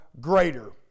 greater